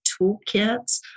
toolkits